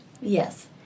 Yes